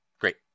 Great